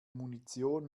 munition